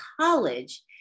college